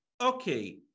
okay